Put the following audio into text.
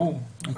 ברור.